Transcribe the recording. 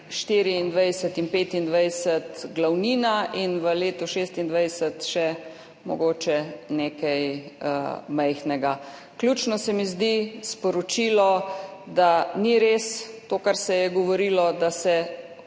2024 in 2025 glavnina in v letu 2026 še mogoče nekaj majhnega. Ključno se mi zdi sporočilo, da ni res to, kar se je govorilo – da te